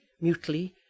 mutely